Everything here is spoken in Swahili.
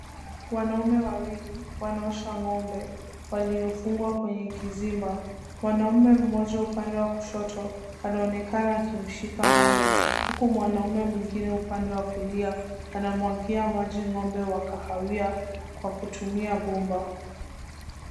Wanaume wawili, wanaosha ng'ombe, waliofungwa kwenye kizimba. Mwanaume mmoja upande wa kushoto anaonekana akimshika ng'ombe, huku mwanaume mwingine upande wa kulia anamwagia maji ng'ombe wa kahawia kwa kutumia bomba.